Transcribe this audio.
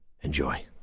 Enjoy